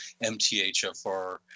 MTHFR